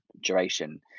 duration